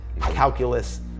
calculus